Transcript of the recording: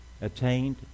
attained